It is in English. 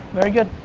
very good.